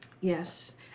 Yes